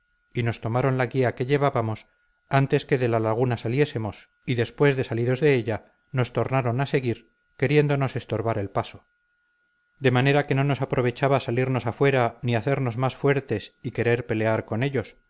y nos tomaron la guía que llevábamos antes que de la laguna saliésemos y después de salidos de ella nos tornaron a seguir queriéndonos estorbar el paso de manera que no nos aprovechaba salirnos afuera ni hacernos más fuertes y querer pelear con ellos